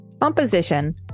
Composition